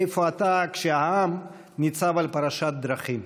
איפה אתה כשהעם ניצב על פרשת דרכים,